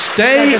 Stay